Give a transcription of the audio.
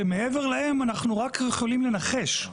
שמעבר להם אנחנו רק יכולים לנחש.